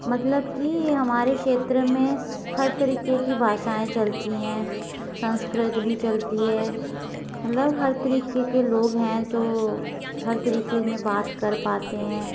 मतलब कि हमारे क्षेत्र में हर तरीके की भाषाएं चलती हैं संस्कृत भी चलती है मतलब हर तरीके के लोग हैं जो हर तरीके में बात कर पाते हैं